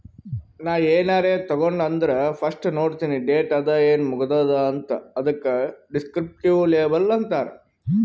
ನಾ ಏನಾರೇ ತಗೊಂಡ್ ಅಂದುರ್ ಫಸ್ಟ್ ನೋಡ್ತೀನಿ ಡೇಟ್ ಅದ ಏನ್ ಮುಗದೂದ ಅಂತ್, ಅದುಕ ದಿಸ್ಕ್ರಿಪ್ಟಿವ್ ಲೇಬಲ್ ಅಂತಾರ್